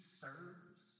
serves